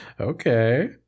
Okay